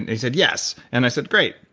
and he said, yes. and i said, great.